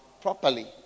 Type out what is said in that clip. properly